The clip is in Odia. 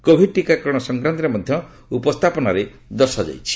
କୋଭିଡ ଟିକାକରଣ ସଂକ୍ରାନ୍ତରେ ମଧ୍ୟ ଉପସ୍ଥାପନାରେ ଦଶାଯାଇଛି